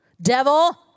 Devil